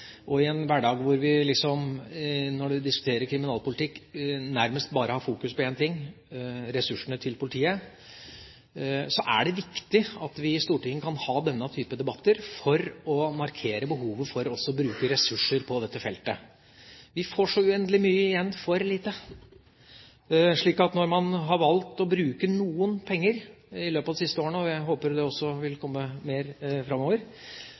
I en hverdag der man, når man diskuterer kriminalpolitikk, nærmest bare har fokus på én ting – ressursene til politiet – er det viktig at vi i Stortinget kan ha denne typen debatter for å markere behovet for også å bruke ressurser på dette feltet. Vi får så uendelig mye igjen for lite. Når man har valgt å bruke noen penger i løpet av de siste årene – og jeg håper det også vil komme mer framover